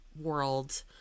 world